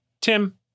tim